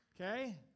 Okay